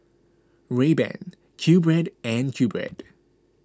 Rayban Qbread and Qbread